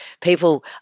people